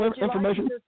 information